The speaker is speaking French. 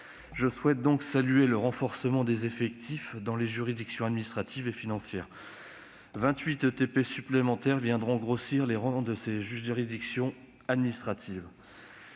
Je souhaite donc saluer le renforcement des effectifs dans les juridictions administratives, puisque 28 ETP supplémentaires viendront grossir leurs rangs. Quant aux juridictions financières,